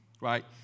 right